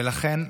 לכן,